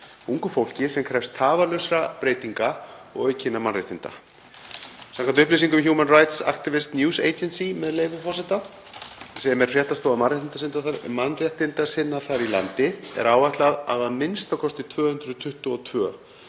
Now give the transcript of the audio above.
ungu fólki sem krefst tafarlausra breytinga og aukinna mannréttinda. Samkvæmt upplýsingum Human Rights Activists News Agency, með leyfi forseta, sem er fréttastofa mannréttindasinna þar í landi, er áætlað að a.m.k. 222